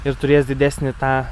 ir turės didesnį tą